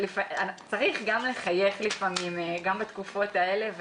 לפעמים צריך גם לחייך וגם בתקופות האלה.